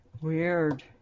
weird